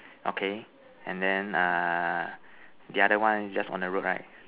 okay and then uh the other one is just on the road right